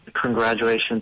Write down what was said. congratulations